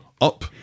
up